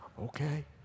Okay